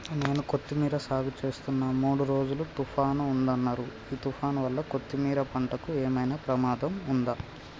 నేను కొత్తిమీర సాగుచేస్తున్న మూడు రోజులు తుఫాన్ ఉందన్నరు ఈ తుఫాన్ వల్ల కొత్తిమీర పంటకు ఏమైనా ప్రమాదం ఉందా?